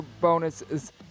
bonuses